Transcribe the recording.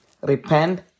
Repent